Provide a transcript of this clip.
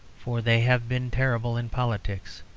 for they have been terrible in politics.